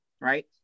right